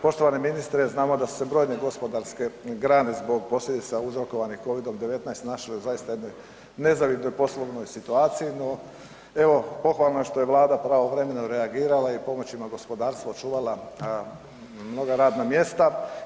Poštovani ministre, znamo da su se brojne gospodarske grane zbog posljedica uzrokovanih COVID-19 našli u zaista jednoj nezavidnoj poslovnoj situaciji, no pohvalno je što je Vlada pravovremeno reagirala i pomoćima gospodarstvo očuvala mnoga radna mjesta.